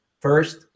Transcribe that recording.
first